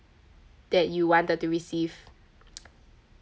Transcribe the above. that you wanted to receive